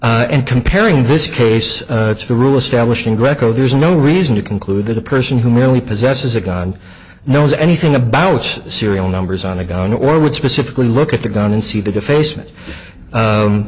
you and comparing this case to the rule establishing greco there's no reason to conclude that a person who merely possesses a gun knows anything about its serial numbers on a gun or would specifically look at the gun and see the